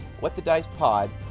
WhatTheDicePod